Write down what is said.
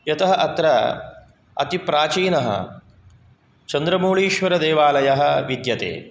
यतः अत्र अतिप्राचीनः चन्द्रमौळीश्वरदेवालयः विद्यते